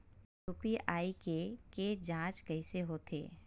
UPI के के जांच कइसे होथे?